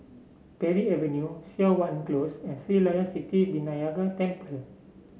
Parry Avenue Siok Wan Close and Sri Layan Sithi Vinayagar Temple